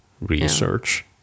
research